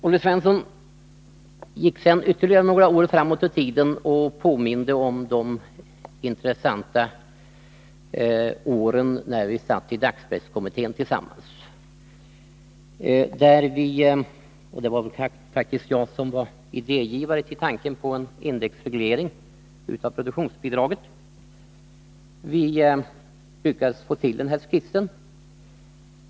Olle Svensson gick sedan ytterligare några år framåt i tiden och påminde om de intressanta år då vi satt tillsammans i dagspresskommittén. Det var faktiskt jag som var idégivare till förslaget om indexreglering av produktionsbidraget, och vi lyckades få till den här skissen.